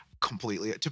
completely